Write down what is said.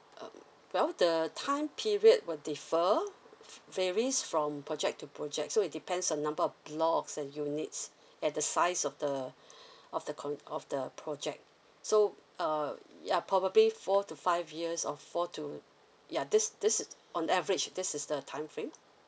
um well the time period will differ varies from project to project so it depends on number of blocks and units and the size of the of the con~ of the project so uh ya probably four to five years or four to ya this this is on average this is the time frame